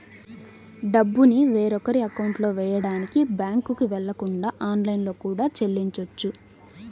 డబ్బుని వేరొకరి అకౌంట్లో వెయ్యడానికి బ్యేంకుకి వెళ్ళకుండా ఆన్లైన్లో కూడా చెల్లించొచ్చు